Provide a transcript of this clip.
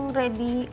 ready